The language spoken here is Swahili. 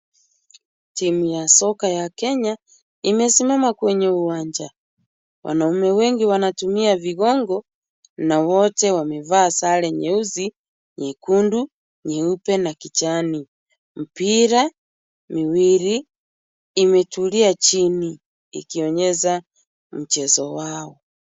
Timu ya soka ya Kenya imesimama kwenye uwanja. Wanaume wengi wanatumia vigongo na wote wamevaa sare nyeusi, nyekundu, nyeupe na kijani. Mipira miwili imetulia chini ikionyesha mchezo wao.